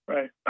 Right